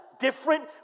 different